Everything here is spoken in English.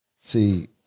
see